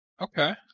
Okay